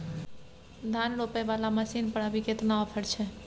धान रोपय वाला मसीन पर अभी केतना ऑफर छै?